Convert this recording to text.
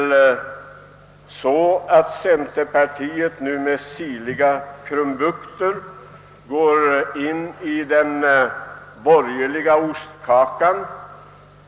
Centerpartiet går nu med sirliga krumbukter in i den borgerliga ostkakan.